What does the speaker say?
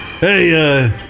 Hey